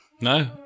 No